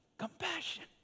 Compassion